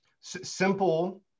simple